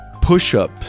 push-up